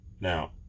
now